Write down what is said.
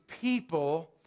people